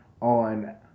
on